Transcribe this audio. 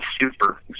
super